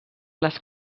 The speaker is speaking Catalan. les